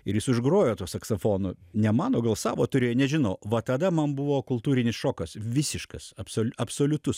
ir jis užgrojo tuo saksofonu ne mano gal savo turėjo nežinau va tada man buvo kultūrinis šokas visiškas absol absoliutus